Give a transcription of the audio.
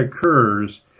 occurs